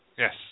Yes